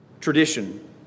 tradition